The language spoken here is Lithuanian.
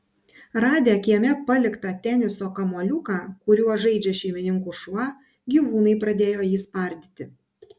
radę kieme paliktą teniso kamuoliuką kuriuo žaidžia šeimininkų šuo gyvūnai pradėjo jį spardyti